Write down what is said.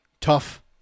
Tough